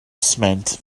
sment